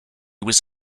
was